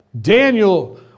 Daniel